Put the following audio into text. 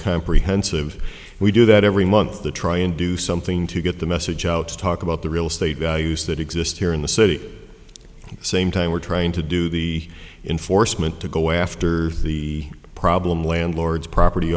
comprehensive we do that every month to try and do something to get the message out to talk about the real estate values that exist here in the city the same time we're trying to do the in force meant to go after the problem landlords property